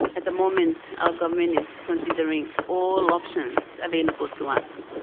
at the moment our government is considering all options available to us.